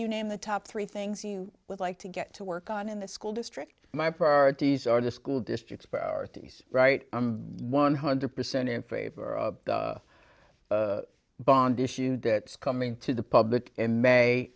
you name the top three things you would like to get to work on in the school district my priorities are the school districts power to he's right i'm one hundred percent in favor of a bond issue that coming to the public in may